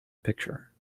picture